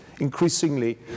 increasingly